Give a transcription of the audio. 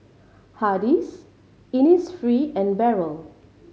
Hardy's Innisfree and Barrel